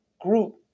group